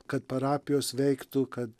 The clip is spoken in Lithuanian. kad parapijos veiktų kad